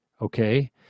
okay